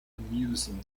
amusing